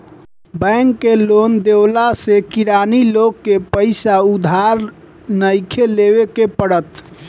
bank के loan देवला से किरानी लोग के पईसा उधार नइखे लेवे के पड़त